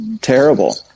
terrible